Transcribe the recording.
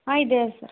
ఇదే సార్